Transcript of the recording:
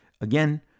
again